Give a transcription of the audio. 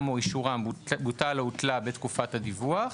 או אישורם בוטל או הותלה בתקופת הדיווח,